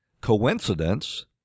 coincidence